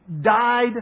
died